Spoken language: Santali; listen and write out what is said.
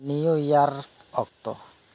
ᱱᱤᱭᱩ ᱤᱭᱟᱹᱨ ᱚᱠᱛᱚ